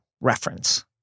reference